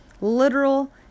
Literal